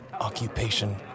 occupation